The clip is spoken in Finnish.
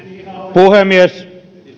puhemies